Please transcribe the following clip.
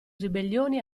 ribellioni